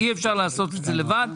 אי אפשר לעשות את זה לבד.